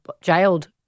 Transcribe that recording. jailed